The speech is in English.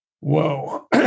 whoa